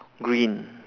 green